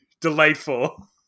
Delightful